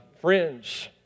friends